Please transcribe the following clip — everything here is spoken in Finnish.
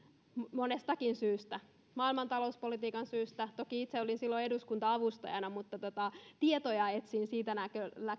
monestakin syystä maailman talouspolitiikan takia toki itse olin silloin eduskunta avustajana mutta etsin tietoja siitä